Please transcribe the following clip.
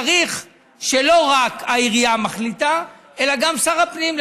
צריך שלא רק העירייה תחליט אלא גם שר הפנים.